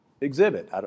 exhibit